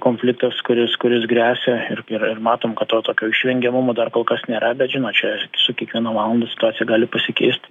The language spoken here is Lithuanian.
konfliktas kuris kuris gresia ir ir matom kad to tokio išvengiamumo dar kol kas nėra bet žinot čia su kiekviena valanda situacija gali pasikeist